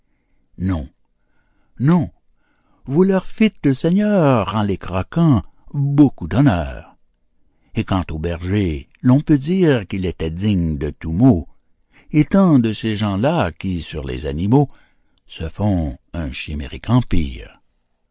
non non vous leur fîtes seigneur en les croquant beaucoup d'honneur et quant au berger l'on peut dire qu'il était digne de tous maux étant de ces gens-là qui sur les animaux se font un chimérique empire